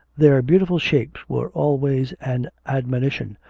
their beautiful shapes were always an admonition,